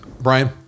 Brian